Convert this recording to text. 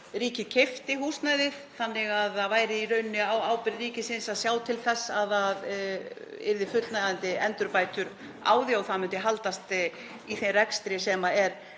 ríkið keypti jafnvel húsnæðið þannig að það væri í rauninni á ábyrgð ríkisins að sjá til þess að gerðar yrðu fullnægjandi endurbætur á því og það myndi haldast í þeim rekstri sem er